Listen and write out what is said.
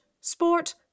sport